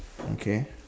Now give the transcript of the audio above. okay